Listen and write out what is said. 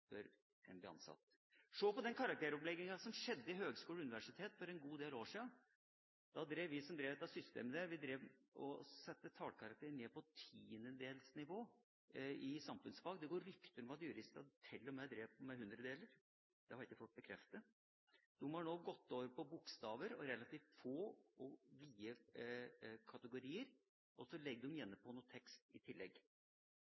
en blir ansatt. En kan se på den karakteromlegginga som skjedde på høgskoler og universitet for en god del år sia. Vi som drev med det systemet, satte tallkarakterer ned på tiendedelsnivå i samfunnsfag. Det går rykter om at juristene til og med drev med hundredeler, men det har jeg ikke fått bekreftet. De har nå gått over til bokstaver, relativt få og vide kategorier, og så